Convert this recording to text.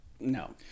No